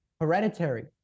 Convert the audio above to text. hereditary